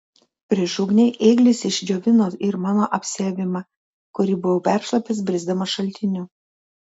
prieš ugnį ėglis išdžiovino ir mano apsiavimą kurį buvau peršlapęs brisdamas šaltiniu